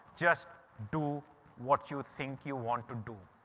just do what you think you want to do.